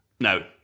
No